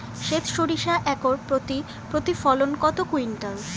সেত সরিষা একর প্রতি প্রতিফলন কত কুইন্টাল?